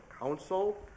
Council